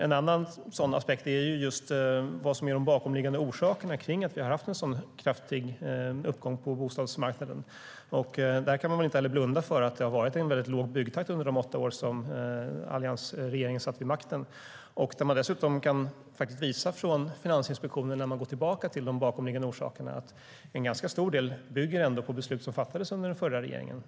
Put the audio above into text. En annan sådan aspekt är just vad som är de bakomliggande orsakerna till att vi har haft en sådan kraftig uppgång på bostadsmarknaden. Man kan väl inte blunda för att det har varit en väldigt låg byggtakt under de åtta år som alliansregeringen satt vid makten. Dessutom kan Finansinspektionen, när man går tillbaka till de bakomliggande orsakerna, visa att en ganska stor del bygger på beslut som fattades under den förra regeringens tid.